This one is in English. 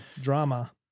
drama